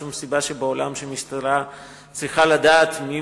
אין שום סיבה בעולם שמשטרה צריכה לדעת מי